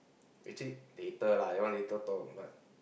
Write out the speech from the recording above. actually later lah that one later thought but